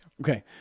Okay